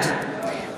(קוראת בשמות חברי הכנסת) עבדאללה אבו מערוף,